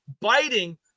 biting